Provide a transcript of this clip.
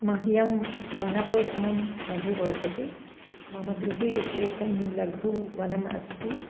मह्यं वनपोषणं बहु रोचते मम गृहे एकं लघु वनम् अस्ति